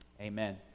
Amen